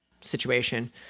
situation